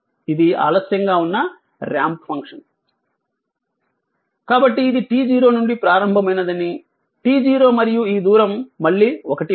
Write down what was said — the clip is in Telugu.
ఇది ఆలస్యంగా ఉన్న రాంప్ ఫంక్షన్ కాబట్టి ఇది t0 నుండి ప్రారంభమైనదని t 0 మరియు ఈ దూరం మళ్ళీ ఒకటి ఉంది